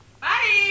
Bye